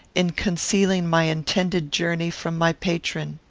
in concealing my intended journey from my patron.